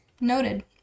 Noted